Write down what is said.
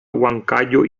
huancayo